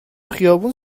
خیابون